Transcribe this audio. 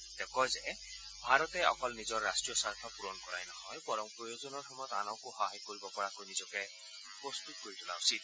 তেওঁ কয় যে ভাৰতে অকল নিজৰ ৰাট্টীয় স্বাৰ্থ পুৰণ কৰাই নহয় বৰং প্ৰয়োজনৰ সময়ত আনকো সহায় কৰিব পৰাকৈ নিজকে সক্ষম কৰি তোলা উচিত